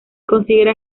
considera